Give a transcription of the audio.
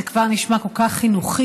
זה כבר נשמע כל כך חינוכי,